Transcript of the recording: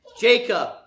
Jacob